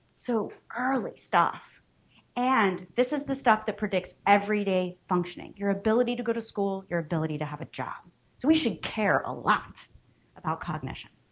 so early stuff and this is the stuff that predicts everyday functioning your ability to go to school, your ability to have a job. so we should care a lot about cognition.